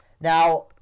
Now